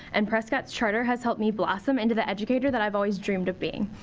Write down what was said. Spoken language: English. and prescott's charter has helped me blossom into the educator that i've always dreamed of being.